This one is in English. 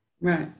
Right